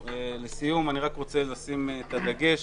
לסיום אני רק רוצה לשים את הדגש,